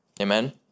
Amen